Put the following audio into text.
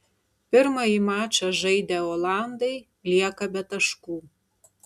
pirmąjį mačą žaidę olandai lieka be taškų